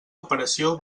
operació